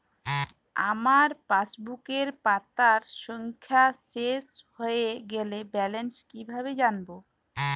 আমার পাসবুকের পাতা সংখ্যা শেষ হয়ে গেলে ব্যালেন্স কীভাবে জানব?